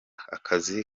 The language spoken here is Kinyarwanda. akazi